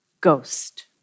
ghost